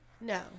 No